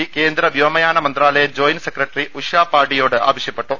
P കേന്ദ്ര വ്യോമയാന മന്ത്രാലയ ജോയിന്റ് സെക്രട്ടറി ഉഷ പാഡിയോട് ആവശ്യപ്പെട്ടു